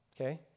okay